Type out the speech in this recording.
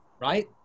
right